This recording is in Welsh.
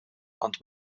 ond